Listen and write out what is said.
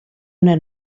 una